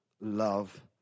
love